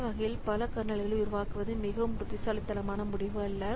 அந்த வகையில் பல கர்னல்களை உருவாக்குவது மிகவும் புத்திசாலித்தனமான முடிவு அல்ல